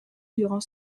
durant